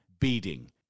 beating